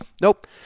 nope